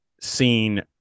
seen